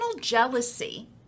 jealousy